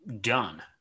done